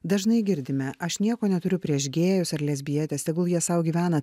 dažnai girdime aš nieko neturiu prieš gėjus ar lesbietes tegul jie sau gyvena